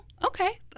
Okay